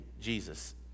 Jesus